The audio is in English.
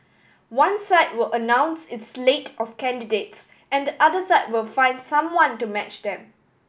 one side will announce its slate of candidates and the other side will find someone to match them